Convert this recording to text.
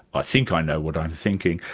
i think i know what i'm thinking.